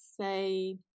say